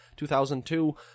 2002